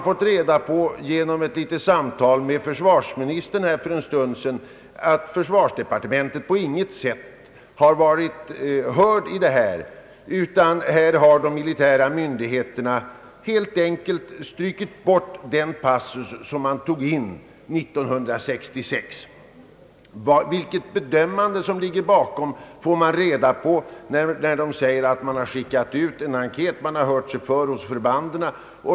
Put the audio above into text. Jag har genom ett samtal med försvarsministern för en stund sedan fått reda på att försvarsdepartementet på intet sätt har hörts i denna angelägenhet, utan här har de militära myndigheterna helt enkelt strukit bort den passus som man tog in 1966. När man frågar vilket bedömande som ligger bakom får man reda på att de militära myndigheterna har skickat ut en enkät och på så sätt hört sig för hos förbanden.